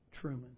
Truman